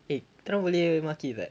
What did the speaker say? eh korang boleh maki tak